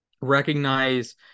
recognize